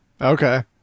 Okay